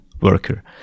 worker